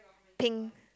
pink